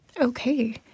Okay